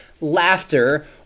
laughter